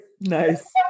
Nice